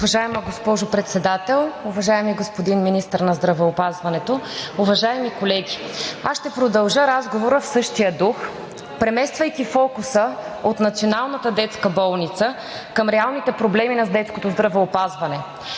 Уважаема госпожо Председател, уважаеми господин Министър на здравеопазването, уважаеми колеги! Аз ще продължа разговора в същия дух, премествайки фокуса от Националната детска болница към реалните проблеми на детското здравеопазване,